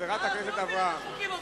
החוקים הפופוליסטיים,